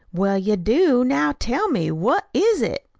well, you do. now, tell me, what is it?